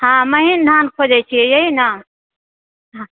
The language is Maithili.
हँ महीन धान खोजै छी यही ने